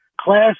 class